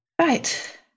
Right